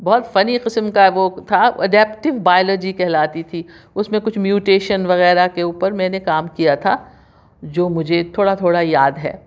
بہت فنی قسم کا وہ تھا اڈیپٹو بایولوجی کہلاتی تھی اُس میں کچھ میوٹیشن وغیرہ کے اوپر میں نے کام کیا تھا جو مجھے تھوڑا تھوڑا یاد ہے